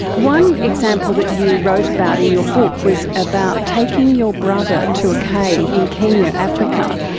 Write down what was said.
one example that you wrote about in your book was about taking your brother to a cave in kenya, africa,